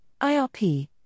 IRP